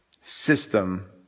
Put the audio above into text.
system